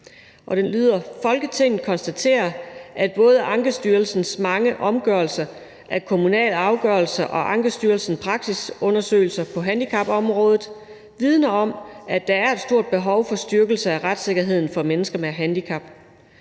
»Folketinget konstaterer, at både Ankestyrelsens mange omgørelser af kommunale afgørelser og Ankestyrelsens praksisundersøgelser på handicapområdet vidner om, at der er et stort behov for styrkelse af retssikkerheden for mennesker med handicap.